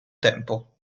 tempo